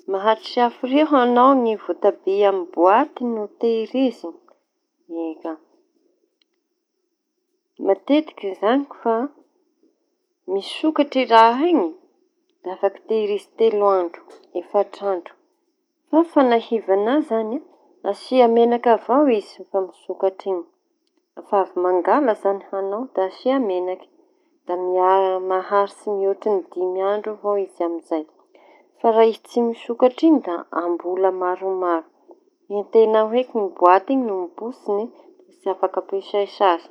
Maharitsy hafiria ho añao voatabia amy boaty iñy no tehirizina? Eka, matetiky izañy koa, misokatsy raha iñy da afaka tehirizi telo andro, efatra andro; fa fanahivaña azy izañy a! Asia menaka avao izy misokatry iñy, rehefa avy mangala izañy añao da asia menaky, da maharitsy mihoatsy ny dimy andro avao izy amy izay. Fa raha izy tsy misokatsy iñy da am-bola maromaro; fa ny teña raiky iñy boaty iñy mibotsiny da tsy afaka ampiasai sasy.